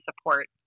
support